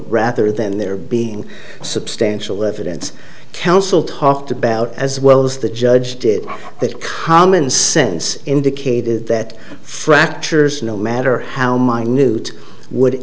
rather than there being substantial evidence counsel talked about as well as the judge did that common sense indicated that fractures no matter how minute would